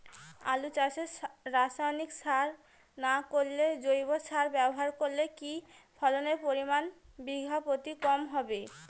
আলু চাষে রাসায়নিক সার না করে জৈব সার ব্যবহার করলে কি ফলনের পরিমান বিঘা প্রতি কম হবে?